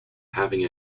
having